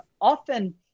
often